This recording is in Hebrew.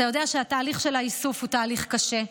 אתה יודע שהתהליך של האיסוף הוא תהליך קשה,